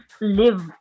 live